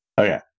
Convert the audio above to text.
Okay